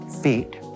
feet